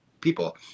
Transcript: people